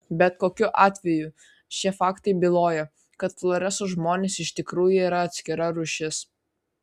bet kokiu atveju šie faktai byloja kad floreso žmonės iš tikrųjų yra atskira rūšis